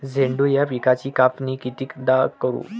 झेंडू या पिकाची कापनी कितीदा करू?